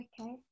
Okay